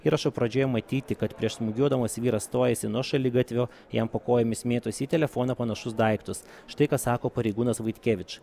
įrašo pradžioje matyti kad prieš smūgiuodamas vyras stojasi nuo šaligatvio jam po kojomis mėtosi į telefoną panašus daiktas štai ką sako pareigūnas vaitkevič